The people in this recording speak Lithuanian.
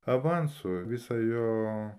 avansu visa jo